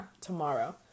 tomorrow